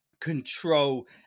control